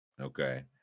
Okay